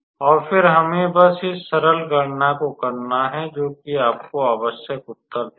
और फिर हमें बस इस सरल गणना को करना है जोकि आपको आवश्यक उत्तर देगा